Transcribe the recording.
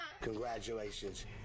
Congratulations